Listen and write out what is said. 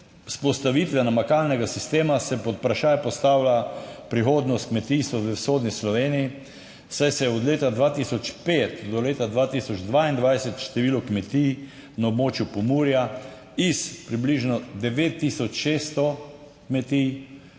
vzpostavitve namakalnega sistema se pod vprašaj postavlja prihodnost kmetijstva v vzhodni Sloveniji, saj se je od leta 2005 do leta 2022 število kmetij na območju Pomurja iz približno 9 tisoč 600 kmetij